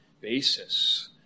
basis